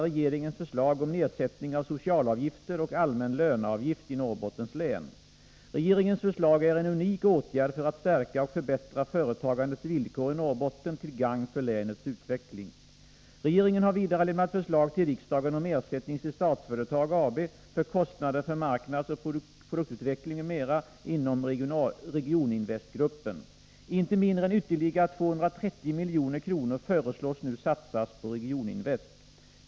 Regeringens förslag är en unik åtgärd för att stärka och Nr 44 förbättra företagandets villkor i Norrbotten till gagn för länets utveckling. Måndagen den Regeringen har vidare lämnat förslag till riksdagen om 12 december 1983 veckling m.m. inom Regioninvestgruppen. Inte mindre än ytterligare 230 Om åtgärder för att milj.kr. föreslås nu satsas på Regioninvest.